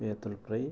Peethala fry